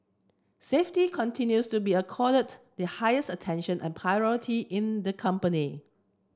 safety continues to be accorded the highest attention and priority in the company